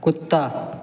कुत्ता